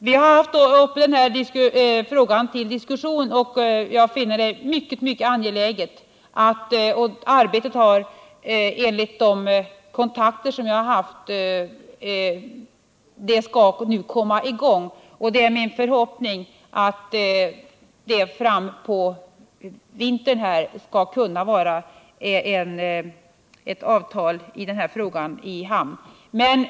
Vi har haft också denna fråga uppe till diskussion. Jag finner det mycket angeläget att arbetet kommer i gång, och enligt de kontakter som jag har haft skall det nu göra det. Det är min förhoppning att ett avtal i den här frågan skall vara i hamn fram på vintern.